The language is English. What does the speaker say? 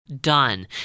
done